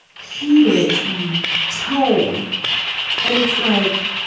heated tone and it's like,